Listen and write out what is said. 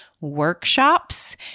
workshops